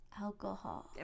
alcohol